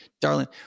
darling